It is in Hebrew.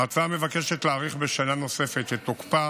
ההצעה מבקשת להאריך בשנה נוספת את תוקפה